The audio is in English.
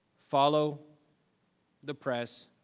follow the press,